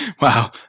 Wow